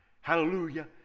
Hallelujah